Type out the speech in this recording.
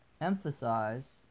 emphasize